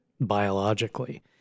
biologically